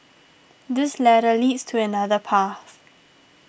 this ladder leads to another path